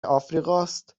آفریقاست